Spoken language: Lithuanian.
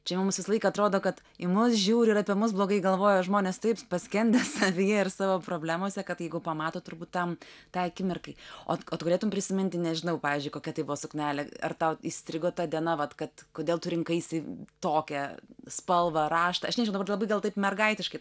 čia mums visą laiką atrodo kad į mus žiūri ir apie mus blogai galvoja žmonės taip paskendę savyje ir savo problemose kad jeigu pamato turbūt tam tai akimirkai o tu galėtum prisiminti nežinau pavyzdžiui kokia tai buvo suknelė ar tau įstrigo ta diena vat kad kodėl tu rinkaisi tokią spalvą raštą aš nežinau labai gal taip mergaitiškai